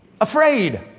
afraid